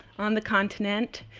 on the continent,